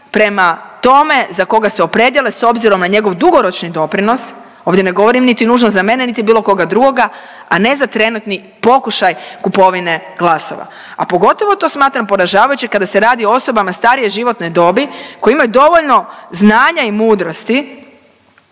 prema tome za koga se opredijele s obzirom na njegov dugoročni doprinos. Ovdje ne govorim niti nužno za mene niti bilo koga drugoga, a ne za trenutni pokušaj kupovine glasova. A pogotovo to smatram poražavajuće kada se radi o osobama starije životne dobi koje imaju dovoljno znanja i mudrosti